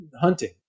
hunting